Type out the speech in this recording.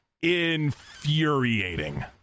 infuriating